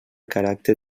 caràcter